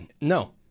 No